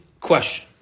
question